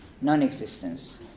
non-existence